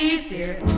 dear